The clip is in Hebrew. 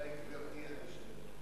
גברתי היושבת-ראש.